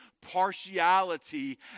partiality